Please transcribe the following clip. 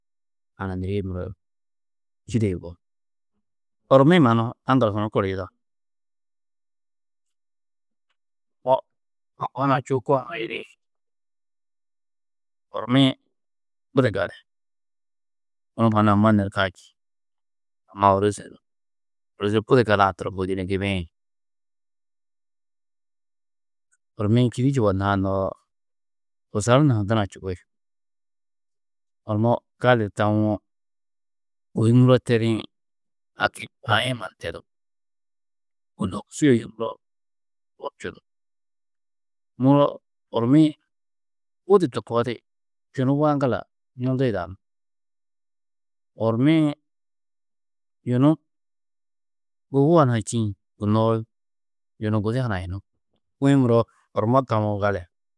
Hananirîe muro čîde yugó, ̧ormi-ĩ mannu aŋgal hunu kor yida, ho- hoŋgo hunã čuu ko hunã yidĩ, ormi-ĩ budi gali, muro mannu amma nekaa čî, amma ôrozi hunu, ôroze budi gala-ã turo gibii-ĩ, ormi-ĩ čîdu čubonnãá noo, husar hunã ha duna čubi. Ormo gali tawo, kôi muro tedĩ haki ai-ĩ mannu tedú, muro muro ormi-ĩ budi to koo di čunubu aŋgala mundu yidanú. Ormi-ĩ yunu gubugo hunã čîĩ gunnoó yunu gudi hanayunú, to kuĩ muro ormo tawo gali.